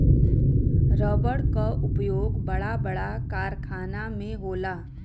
रबड़ क उपयोग बड़ा बड़ा कारखाना में होला